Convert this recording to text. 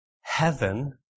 heaven